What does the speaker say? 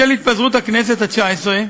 בשל התפזרות הכנסת התשע-עשרה,